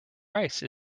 rice